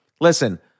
listen